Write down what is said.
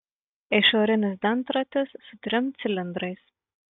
išorinis dantratis su trim cilindrais